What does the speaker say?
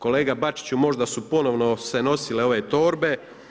Kolega Bačiću, možda ponovno se nosile ove torbe.